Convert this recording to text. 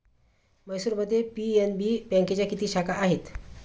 म्हैसूरमध्ये पी.एन.बी बँकेच्या किती शाखा आहेत?